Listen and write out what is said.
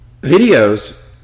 Videos